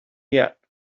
yet